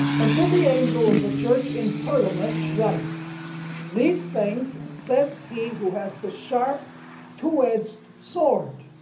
and to the angel of the church in pergamos write these things says he who has the sharp two-edged sword.